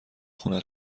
خونه